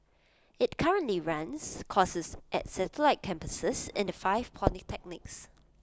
IT currently runs courses at satellite campuses in the five polytechnics